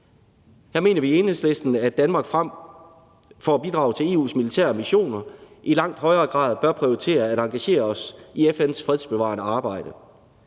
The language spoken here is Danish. Her mener vi i Enhedslisten, at Danmark frem for at bidrage til EU's militære missioner i langt højere grad bør prioritere at engagere os i FN's fredsbevarende arbejde.